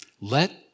Let